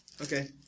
Okay